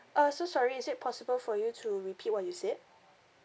uh so sorry is it possible for you to repeat what you said